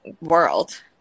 world